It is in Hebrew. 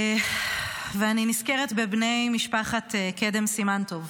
ואני נזכרת בבני משפחת קדם סימן טוב,